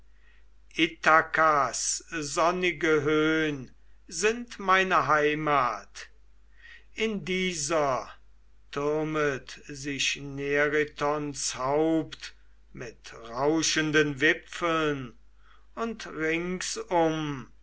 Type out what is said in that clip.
sonnige höhn sind meine heimat in dieser türmet sich neritons haupt mit rauschenden wipfeln und ringsum